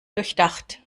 durchdacht